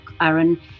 aaron